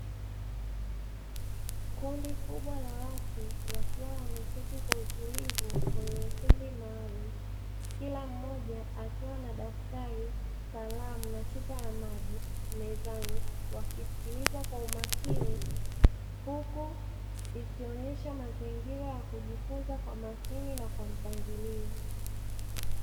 Kundi kubwa la watu wakiwa wameketi kwa utulivu kwenye ukumbi maalumu kila mmoja akiwa na daftari, kalamu na chupa ya maji mezani wakisikiliza kwa umakini huku ikionyesha mazingira ya kujifunza kwa makini na mpangilio.